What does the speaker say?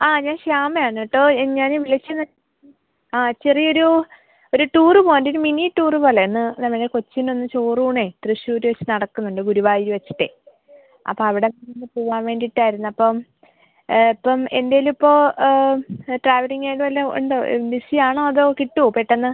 ആ ഞാൻ ശ്യാമ ആണ് കേട്ടോ ഞാൻ വിളിച്ചത് ആ ചെറിയ ഒരു ഒരു ടൂറ് പോലെ ഒരു മിനി ടൂറ് പോലെ ഒന്ന് ഞങ്ങളെ കൊച്ചിന് ഒന്ന് ചോറൂൺ തൃശ്ശൂർ വച്ച് നടക്കുന്നുണ്ട് ഗുരുവായൂർ വച്ചിട്ടാണ് അപ്പം അവിടെ ഒന്ന് പോവാൻ വേണ്ടിയിട്ടായിരുന്നു അപ്പം ഇപ്പം എൻ്റെലിപ്പോ ട്രാവലിംഗ് ഏതേലും ഉണ്ടോ ബിസി ആണോ അതോ കിട്ടുമോ പെട്ടെന്ന്